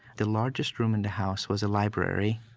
the largest room in the house was a library,